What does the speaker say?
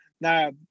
Now